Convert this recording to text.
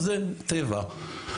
זה טבע.